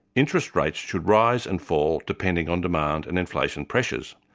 interest rates should rise and fall, depending on demand and inflation pressures.